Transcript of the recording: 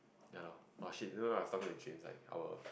ya lor orh shit you know I was talking to James like our